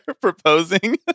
proposing